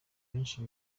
benshi